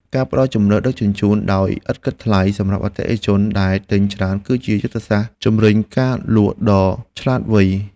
ការផ្ដល់ជម្រើសដឹកជញ្ជូនដោយឥតគិតថ្លៃសម្រាប់អតិថិជនដែលទិញច្រើន គឺជាយុទ្ធសាស្ត្រជំរុញការលក់ដ៏ឆ្លាតវៃ។